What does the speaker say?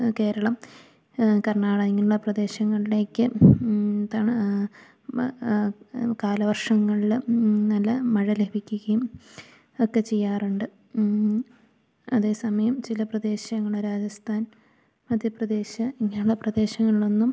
കേരളം കർണാടക ഇങ്ങനുള്ള പ്രദേശങ്ങളിലേക്ക് കാലവർഷങ്ങളില് നല്ല മഴ ലഭിക്കുകയും ഒക്കെ ചെയ്യാറുണ്ട് അതേ സമയം ചില പ്രദേശങ്ങള് രാജസ്ഥാൻ മധ്യപ്രദേശ് ഇങ്ങനെയുള്ള പ്രദേശങ്ങളിലൊന്നും